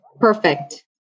Perfect